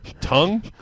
Tongue